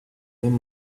name